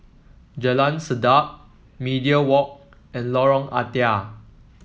Jalan Sedap Media Walk and Lorong Ah Thia